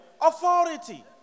authority